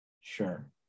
Sure